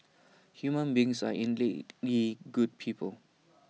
human beings are innately good people